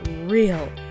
real